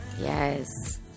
Yes